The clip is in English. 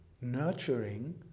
nurturing